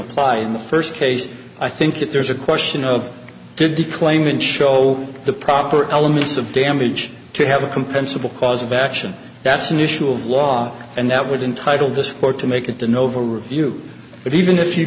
apply in the first case i think if there's a question of to declaim and show the proper elements of damage to have a compensable cause of action that's an issue of law and that would entitle disport to make it to nova review but even if you